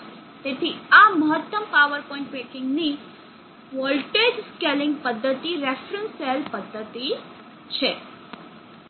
તેથી આ મહત્તમ પાવર પોઇન્ટ ટ્રેકિંગ ની વોલ્ટેજ સ્કેલિંગ પદ્ધતિ રેફરન્સ સેલ પદ્ધતિ છે